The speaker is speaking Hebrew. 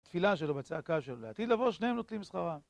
תפילה שלו, בצעקה שלו, לעתיד לבוא, שניהם נוטלים זכרה